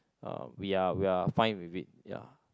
uh we are we are fine with it ya